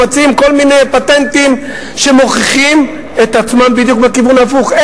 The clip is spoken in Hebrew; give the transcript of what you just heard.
מציעים כל מיני פטנטים שמוכיחים את עצמם בדיוק בכיוון ההפוך.